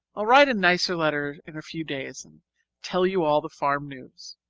i'll write a nicer letter in a few days and tell you all the farm news.